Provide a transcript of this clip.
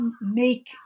make